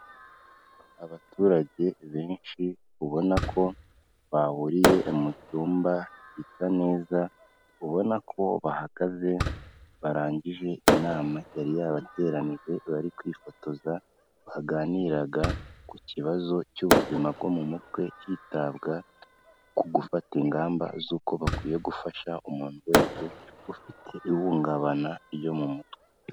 Abaturage benshi ubona ko bahuriye mu cyumba gisa neza, ubona ko bahagaze, barangije inama yari yabateranije, bari kwifotoza, baganiraga ku kibazo cy'ubuzima bwo mu mutwe, hitabwa ku gufata ingamba z'uko bakwiye gufasha umuntu wese ufite ihungabana ryo mu mutwe.